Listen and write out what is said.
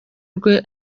rwe